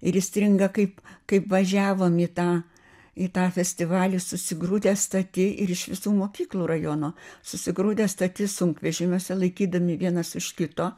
ir įstringa kaip kaip važiavom į tą į tą festivalį susigrūdę stati ir iš visų mokyklų rajono susigrūdę stati sunkvežimiuose laikydami vienas už kito